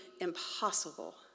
impossible